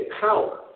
power